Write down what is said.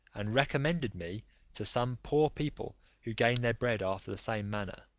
and recommended me to some poor people who gained their bread after the same manner,